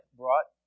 brought